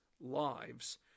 lives